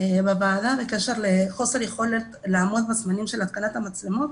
בקשר לחוסר יכולת לעמוד ב --- של התקנת המצלמות,